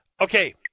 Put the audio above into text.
okay